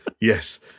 Yes